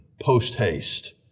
post-haste